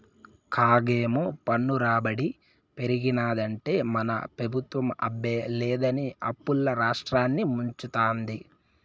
కాగేమో పన్ను రాబడి పెరిగినాదంటే మన పెబుత్వం అబ్బే లేదని అప్పుల్ల రాష్ట్రాన్ని ముంచతాంది